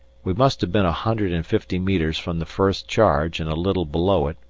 we must have been a hundred and fifty metres from the first charge and a little below it,